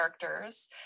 characters